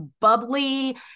bubbly